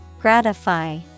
Gratify